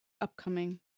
upcoming